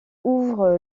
ouvre